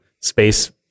space